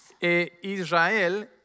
Israel